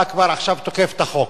אתה עכשיו כבר תוקף את החוק.